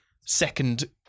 second